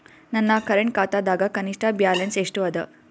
ನನ್ನ ಕರೆಂಟ್ ಖಾತಾದಾಗ ಕನಿಷ್ಠ ಬ್ಯಾಲೆನ್ಸ್ ಎಷ್ಟು ಅದ